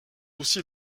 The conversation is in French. aussi